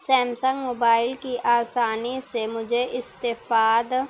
Samsung mobile کی آسانی سے مجھے استفاد